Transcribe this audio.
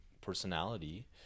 personality